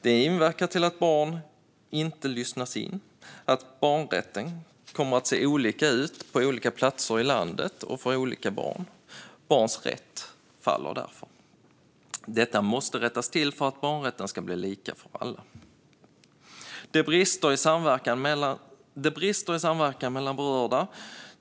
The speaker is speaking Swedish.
Det inverkar på så sätt att barn inte lyssnas in och att barnrätten kommer att se olika ut på olika platser i landet och för olika barn. Barns rätt faller därför. Detta måste rättas till för att barnrätten ska bli lika för alla. Det brister i samverkan mellan berörda.